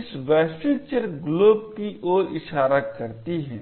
इस वैश्विक चर glob की ओर इशारा करती है